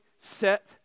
set